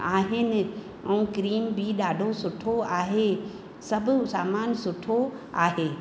आहिनि अ क्रीम बि ॾाढो सुठो आहे सभु सामान सुठो आहे